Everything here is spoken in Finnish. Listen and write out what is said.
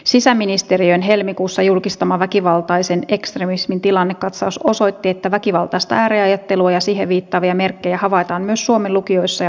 sisäministeriön helmikuussa julkistama väkivaltaisen ekstremismin tilannekatsaus osoitti että väkivaltaista ääriajattelua ja siihen viittaavia merkkejä havaitaan myös suomen lukioissa ja ammattikouluissa